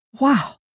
Wow